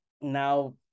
now